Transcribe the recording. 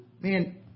man